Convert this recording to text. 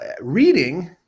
reading